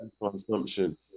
consumption